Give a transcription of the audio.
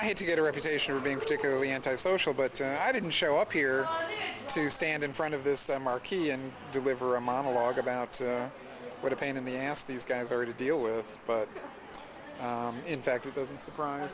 i had to get a reputation for being particularly anti social but i didn't show up here to stand in front of this a marquee and deliver a monologue about what a pain in the ass these guys are to deal with in fact it doesn't surprise